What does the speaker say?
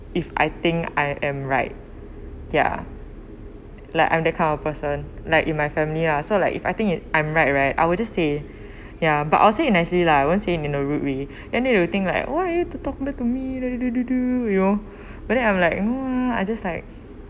if I think I am right ya like I'm the kind of person like in my family lah so like if I think it I'm right right I will just say ya but I'll say it nicely lah won't say in a rude way then they will think like why are you to talk back to me do do do do you know but then I'm like no ah I just like